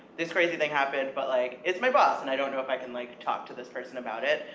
this crazy thing happened, but like, it's my boss, and i don't know if i can like talk to this person about it.